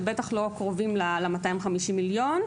הם בטח לא קרובים ל-250 מיליון ₪,